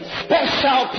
special